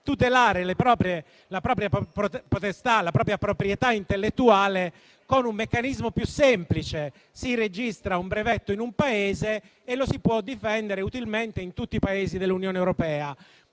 tutelare la propria proprietà intellettuale con un meccanismo più semplice: si registra un brevetto in un Paese e lo si può difendere utilmente in tutti i Paesi dell'Unione europea.